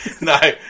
No